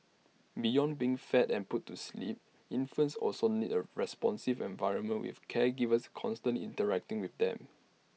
beyond being fed and put to sleep infants also need A responsive environment with caregivers constant interacting with them